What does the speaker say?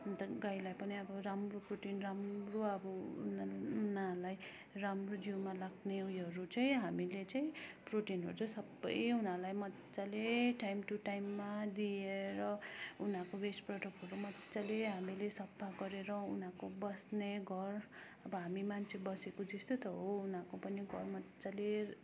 अन्त गाईलाई पनि अब राम्रो प्रोटिन राम्रो अब उनलाई उनीहरूलाई राम्रो जिउमा लाग्ने उयोहरू चाहिँ हामीले चाहिँ प्रोटिनहरू चाहिँ सबै उनीहरूलाई मजाले टाइम टू टाइममा दिएर उनीहरूको वेस्ट प्रडक्ट मजाले हामीले सफा गरेर उनीहरूको बस्ने घर अब हामी मान्छे बसेको जस्तो त हो उनीहरूको पनि घर मजाले